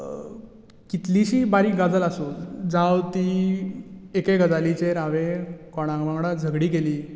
कितलीशीच बारीक गजाल आसूं जावं ती एके गजालीचेर हांवें कोणा वांगडां झगडीं केलीं